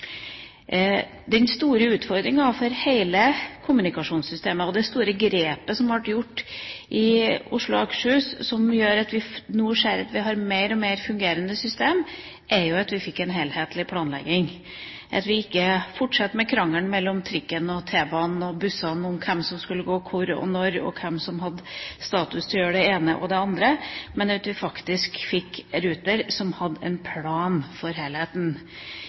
Det store grepet som ble gjort i Oslo og Akershus, som er den store utfordringen for hele kommunikasjonssystemet, som gjør at vi nå ser at vi har et mer og mer fungerende system, er at vi fikk en helhetlig planlegging og ikke fortsatte med krangelen om trikken, T-banen og bussene, om hvem som skulle gå hvor og når, og hvem som hadde status til å gjøre det ene og det andre, men at vi faktisk fikk Ruter, som hadde en plan for helheten.